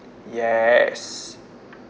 yes